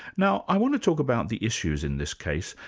now i want to talk about the issues in this case,